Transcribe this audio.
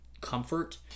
comfort